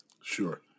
sure